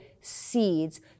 seeds